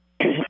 Okay